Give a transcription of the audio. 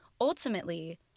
Ultimately